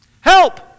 help